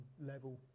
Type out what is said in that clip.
level